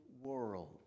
world